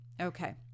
Okay